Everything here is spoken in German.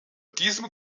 diesem